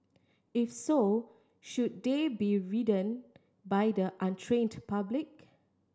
if so should they be ridden by the untrained public